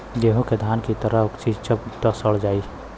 गेंहू के धान की तरह सींचब त सड़ जाई